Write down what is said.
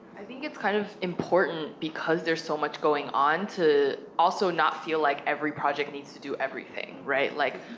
i think it's kind of important, because there's so much going on to also not feel like every project needs to do everything, right? like,